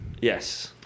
yes